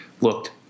looked